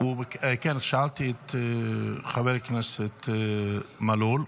שאלתי את חבר הכנסת מלול,